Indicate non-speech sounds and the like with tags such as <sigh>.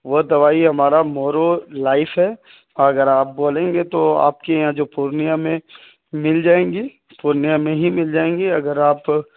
وہ دوائی ہمارا <unintelligible> لائف ہے اگر آپ بولیں گے تو آپ کے یہاں جو پورنیہ میں مل جائیں گی پورنیہ میں ہی مل جائیں گی اگر آپ